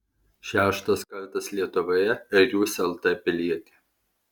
šeštas kartas lietuvoje ir jūs lt pilietė